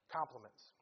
compliments